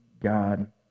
God